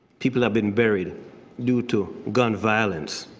people have been buried due to gun violence.